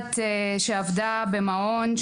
קודם כול,